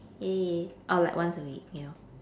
or like once a week you know